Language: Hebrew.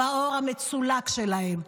בעור המצולק שלהם.